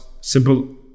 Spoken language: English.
simple